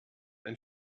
ein